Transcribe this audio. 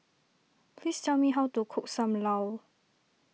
please tell me how to cook Sam Lau